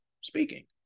speaking